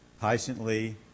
patiently